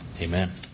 amen